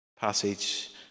passage